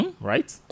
Right